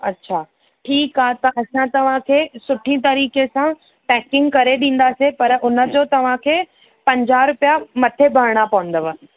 अच्छा ठीकु आहे त असां तव्हांखे सुठी तरीके सां पैकिंग करे ॾींदासी पर उनजो तव्हांखे पंजाहु रुपिया मथे भरणा पवंदव